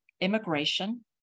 immigration